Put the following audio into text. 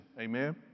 Amen